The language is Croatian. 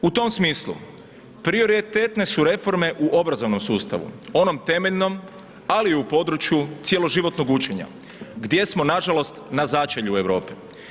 U tom smislu, prioritetne su reforme, u obrazovnom sustavu, onom temeljnom, ali i u području cijeloživotnog učenja, gdje smo nažalost, na začelju Europe.